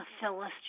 Phyllis